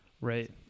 Right